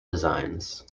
designs